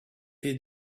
heed